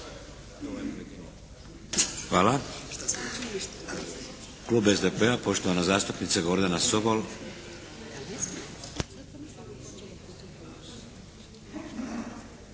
Hvala. Klub SDP-a poštovana zastupnica Gordana Sobol.